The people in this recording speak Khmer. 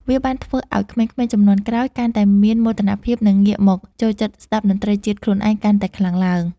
វាបានធ្វើឱ្យក្មេងៗជំនាន់ក្រោយកាន់តែមានមោទនភាព និងងាកមកចូលចិត្តស្តាប់តន្ត្រីជាតិខ្លួនឯងកាន់តែខ្លាំងឡើង។